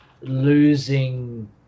losing